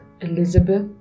Elizabeth